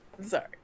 sorry